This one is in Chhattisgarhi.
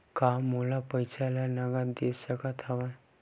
का मोला पईसा ला नगद दे सकत हव?